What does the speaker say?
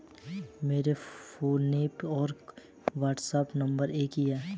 मेरा फोनपे और WhatsApp number एक ही है